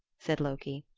said loki.